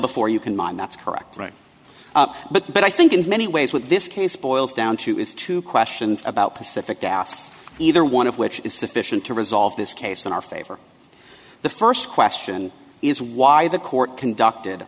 before you can mine that's correct but i think in many ways with this case boils down to is two questions about pacific gas either one of which is sufficient to resolve this case in our favor the first question is why the court conducted